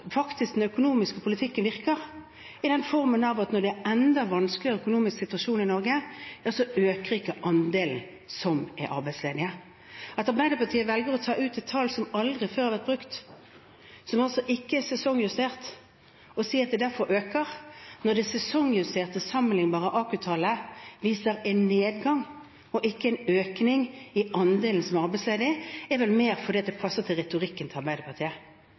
den økonomiske politikken faktisk virker, i den forstand at når det er en enda vanskeligere økonomisk situasjon i Norge, øker ikke andelen arbeidsledige. At Arbeiderpartiet velger å ta ut et tall som aldri før har vært brukt, som altså ikke er sesongjustert, og si at det derfor øker, når det sesongjusterte sammenlignbare AKU-tallet viser en nedgang og ikke en økning i andelen arbeidsledige, er vel mer fordi det passer til retorikken til Arbeiderpartiet.